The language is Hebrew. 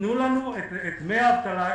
תנו לנו את דמי האבטלה,